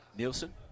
Nielsen